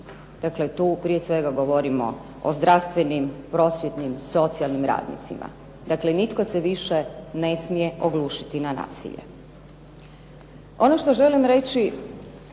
Dakle tu prije svega govorimo o zdravstvenim, prosvjetnim, socijalnim radnicima. Dakle nitko se više ne smije oglušiti na nasilje.